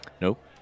Nope